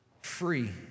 free